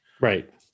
right